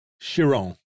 Chiron